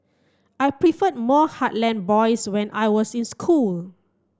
I preferred more heartland boys when I was in school